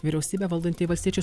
vyriausybė valdantieji valstiečiai